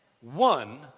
one